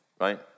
right